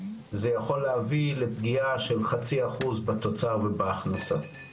זה יכול להביא לפגיעה של חצי אחוז בתוצר ובהכנסות,